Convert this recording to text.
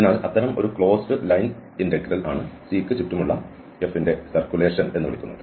അതിനാൽ അത്തരം ഒരു ക്ലോസ്ഡ് ലൈൻ ഇന്റഗ്രൽ ആണ് C ക്ക് ചുറ്റുമുള്ള F ന്റെ സർക്കുലേഷൻ എന്ന് വിളിക്കുന്നു